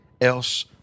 else